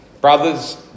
Brothers